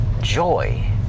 joy